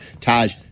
Taj